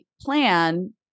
plan